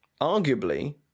arguably